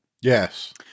Yes